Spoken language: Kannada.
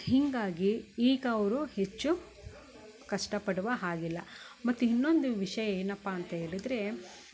ಹೀಗಾಗಿ ಈಗ ಅವರು ಹೆಚ್ಚು ಕಷ್ಟ ಪಡುವ ಹಾಗಿಲ್ಲ ಮತ್ತೆ ಇನ್ನೊಂದು ವಿಷಯ ಏನಪ್ಪ ಅಂತ ಹೇಳಿದರೆ